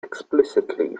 explicitly